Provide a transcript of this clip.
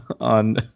on